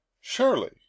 Surely